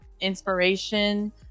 inspiration